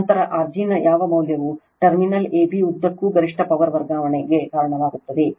ನಂತರ R g ನ ಯಾವ ಮೌಲ್ಯವು ಟರ್ಮಿನಲ್ ಎಬಿ ಉದ್ದಕ್ಕೂ ಗರಿಷ್ಠ ಪವರ್ ವರ್ಗಾವಣೆಗೆ ಕಾರಣವಾಗುತ್ತದೆ